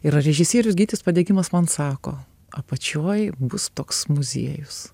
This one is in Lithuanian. ir režisierius gytis padegimas man sako apačioj bus toks muziejus